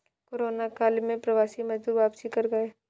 corona काल में प्रवासी मजदूर वापसी कर गए